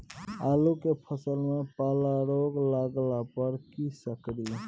आलू के फसल मे पाला रोग लागला पर कीशकरि?